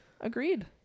agreed